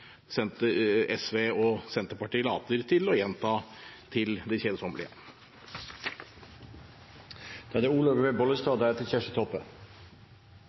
SV og Senterpartiet later til å gjenta til det